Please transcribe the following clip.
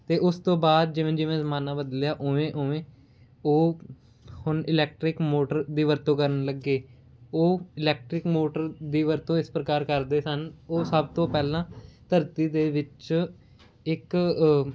ਅਤੇ ਉਸ ਤੋਂ ਬਾਅਦ ਜਿਵੇਂ ਜਿਵੇਂ ਜਮਾਨਾ ਬਦਲਿਆ ਉਵੇਂ ਉਵੇਂ ਉਹ ਹੁਣ ਇਲੈਕਟਰਿਕ ਮੋਟਰ ਦੀ ਵਰਤੋਂ ਕਰਨ ਲੱਗੇ ਉਹ ਇਲੈਕਟਰਿਕ ਮੋਟਰ ਦੀ ਵਰਤੋਂ ਇਸ ਪ੍ਰਕਾਰ ਕਰਦੇ ਸਨ ਉਹ ਸਭ ਤੋਂ ਪਹਿਲਾਂ ਧਰਤੀ ਦੇ ਵਿੱਚ ਇੱਕ